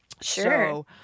Sure